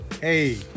Hey